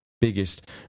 biggest